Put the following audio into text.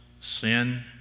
Sin